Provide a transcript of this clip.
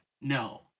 No